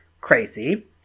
crazy